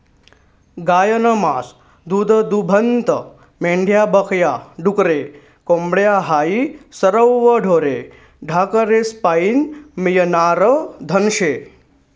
गायनं मास, दूधदूभतं, मेंढ्या बक या, डुकरे, कोंबड्या हायी सरवं ढोरे ढाकरेस्पाईन मियनारं धन शे